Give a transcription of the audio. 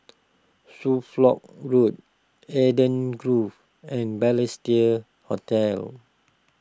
Road Eden Grove and Balestier Hotel